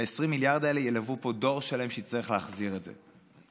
וה-20 מיליארד האלה ילוו פה דור שלם שיצטרך להחזיר את זה.